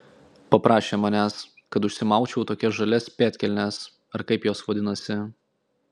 paprašė manęs kad užsimaučiau tokias žalias pėdkelnes ar kaip jos vadinasi